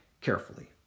carefully